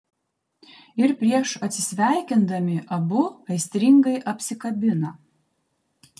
ir prieš atsisveikindami abu aistringai apsikabina